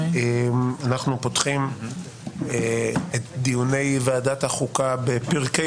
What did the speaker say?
אנחנו פותחים את דיוני ועדת החוקה בפרקי